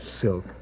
silk